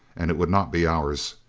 and it would not be ours.